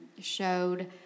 showed